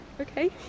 Okay